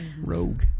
rogue